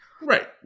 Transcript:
Right